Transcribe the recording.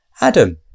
Adam